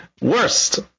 Worst